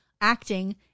acting